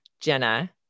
Jenna